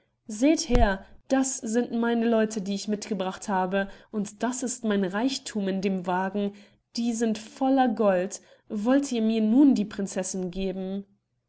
seht her das sind meine leute die ich mitgebracht habe und dort das ist mein reichthum in den wagen die sind voller gold wollt ihr mir nun die prinzessin geben